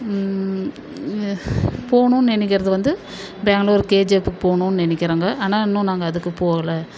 போணும்னு நினைக்கிறது வந்து பெங்களூர் கேஜெப் போணும்னு நினைக்கிறோங்க ஆனால் இன்னும் நாங்கள் அதுக்கு போகல